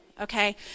Okay